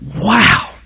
wow